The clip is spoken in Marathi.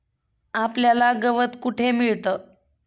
आपल्याला गवत कुठे मिळतं?